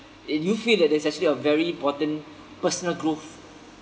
you feel that that's actually a very important personal growth